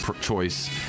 choice